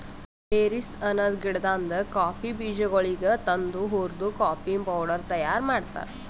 berries ಅನದ್ ಗಿಡದಾಂದ್ coffee ಬೀಜಗೊಳಿಗ್ ತಂದು ಹುರ್ದು ಕಾಫಿ ಪೌಡರ್ ತೈಯಾರ್ ಮಾಡ್ತಾರ್